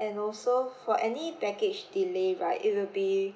and also for any baggage delay right it will be